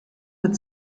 mit